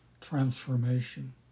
transformation